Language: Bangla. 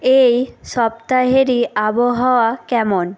এই সপ্তাহেরই আবহাওয়া কেমন